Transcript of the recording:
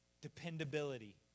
Dependability